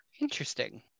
Interesting